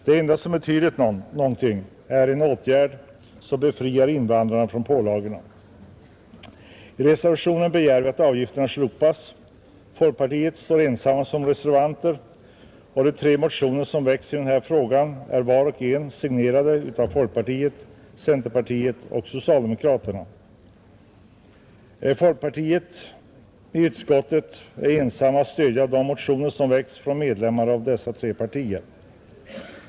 Det enda som betyder något är en åtgärd som befriar invandrarna från pålagorna. I reservationen begär vi att avgifterna slopas. Folkpartiledamöterna står ensamma som reservanter, De tre motioner som väckts i denna fråga är signerade av folkpartister, centerpartister och socialdemokrater. Folkpartiets representanter i utskottet är ensamma om att stödja de motioner som väckts av medlemmar i dessa tre partier.